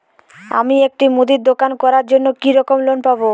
আমি একটি মুদির দোকান করার জন্য কি রকম লোন পাব?